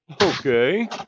Okay